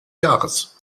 jahres